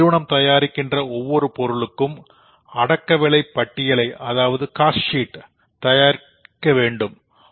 நிறுவனம் தயாரிக்கின்ற ஒவ்வொரு பொருளுக்கும் ஒரு காஸ்ட் ஷீட் தயாரிக்க வேண்டியிருக்கும்